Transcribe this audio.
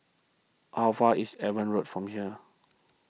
how far is Evans Road from here